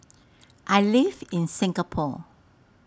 I live in Singapore